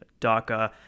daca